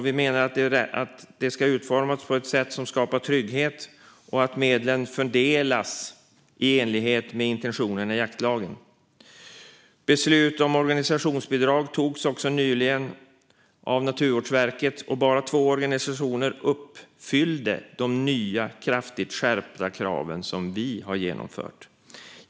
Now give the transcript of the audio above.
Vi menar att det ska utformas på ett sätt som skapar trygghet och att medlen fördelas i enlighet med intentionerna i jaktlagen. Beslut om organisationsbidrag togs också nyligen av Naturvårdsverket, och bara två organisationer uppfyllde de nya kraftigt skärpta kraven som vi har genomfört.